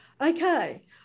Okay